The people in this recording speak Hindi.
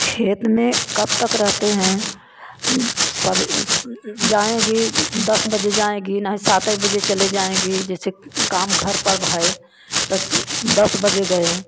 खेत में कब तक रहते हैं सबेरे से जाएंगी दस बजे जाएंगी नही सातै बजे चले जाएंगी जैसे काम घर पर भय तो दस बजे गए